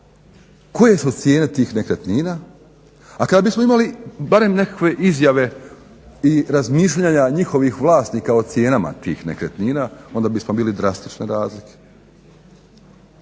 koje su cijene tih nekretnina a kad bismo imali barem nekakve izjave i razmišljanja njihovih vlasnika o cijenama tih nekretnina onda bismo vidjeli drastične razlike.